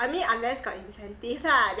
I mean unless got incentive lah